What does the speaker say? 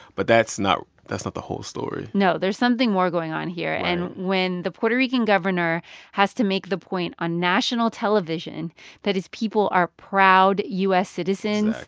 but that's not that's not the whole story no. there's something more going on here right and when the puerto rican governor has to make the point on national television that his people are proud u s. citizens.